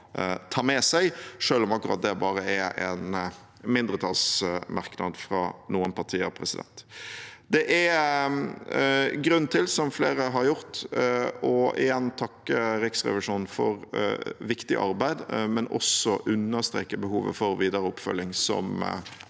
selv om akkurat det bare er en mindretallsmerknad fra noen partier. Det er grunn til, som flere har gjort, igjen å takke Riksrevisjonen for viktig arbeid, men også understreke behovet for videre oppfølging, som komiteen